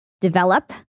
develop